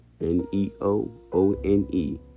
N-E-O-O-N-E